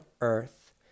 earth